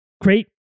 great